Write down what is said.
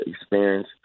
experience